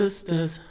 Sisters